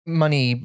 money